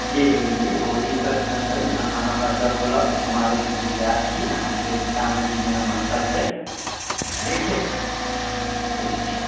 जी जी जी कोइ दिक्कत न छै अहाँ हमरा जब बुलाव हम आबैके इन्तजार छी अहाँके सीतामढ़ी जनम स्थल छै ठीक छै ठीक छै